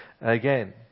again